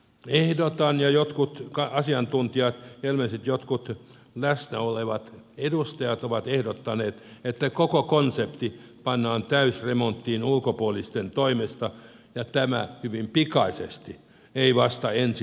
ehdotan ja jotkut asiantuntijat ja ilmeisesti jotkut läsnä olevat edustajat ovat ehdottaneet että koko konsepti pannaan täysremonttiin ulkopuolisten toimesta ja tämä hyvin pikaisesti ei vasta ensi vaalikauden aikana